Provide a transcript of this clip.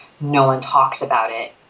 no-one-talks-about-it